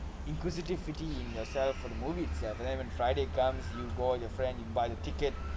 inquisitive in yourself for the movie itself and even friday comes you call your friend you buy the ticket